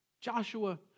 Joshua